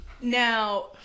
Now